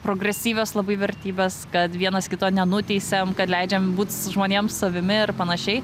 progresyvios labai vertybės kad vienas kito nenuteisiam kad leidžiam būts žmonėm savimi ir panašiai